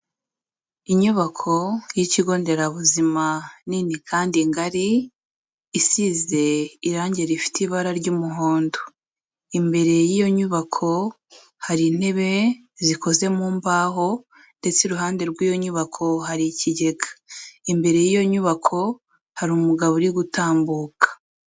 Inyubako y'ikigo nderabuzima nini kandi ngari, isize irangi rifite ibara ry'umuhondo. Imbere y'iyo nyubako hari intebe zikoze mu mbaho ndetse iruhande rw'iyo nyubako hari ikigega. Imbere y'iyo nyubako hari umugabo uri gutambuka.